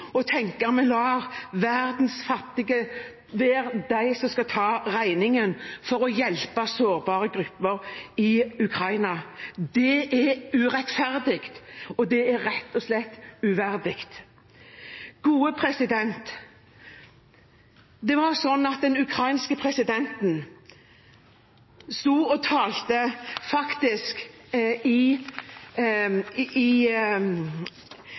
lar verdens fattige være dem som skal ta regningen for at vi hjelper sårbare grupper i Ukraina. Det er urettferdig, og det er rett og slett uverdig. Den ukrainske presidenten talte for Kongressen i USA. Han sa syv ord – han takket for alle bidrag, og så oppsummerte han med syv ord: I